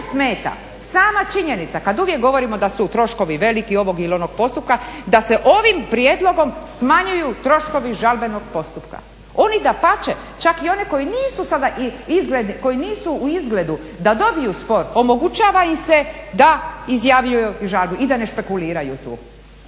smeta sama činjenica, kad uvijek govorimo da su troškovi veliki, ovog ili onog postupka, da se ovim prijedlogom smanjuju troškovi žalbenog postupka? Oni dapače, čak i oni koji nisu sada izgledni, koji nisu u izgledu da dobiju spor, omogućava im se da … i da nešto špekuliraju tu.